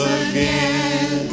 again